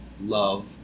love